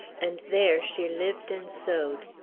and there she lived and sewed.